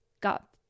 got